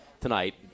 tonight